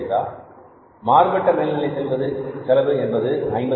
25 மாறுபட்ட மேல்நிலை செலவு என்பது 0